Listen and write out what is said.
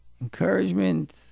encouragement